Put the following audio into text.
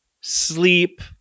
sleep